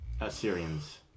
Assyrians